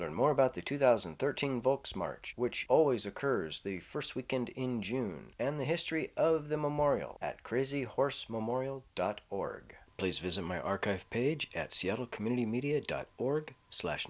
learn more about the two thousand and thirteen books march which always occurs the first weekend in june and the history of the memorial at crazy horse memorial dot org please visit my archive page at seattle community media dot org slash